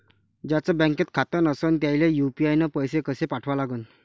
ज्याचं बँकेत खातं नसणं त्याईले यू.पी.आय न पैसे कसे पाठवा लागन?